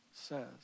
says